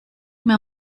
mir